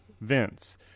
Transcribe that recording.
Vince